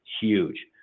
huge